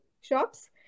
shops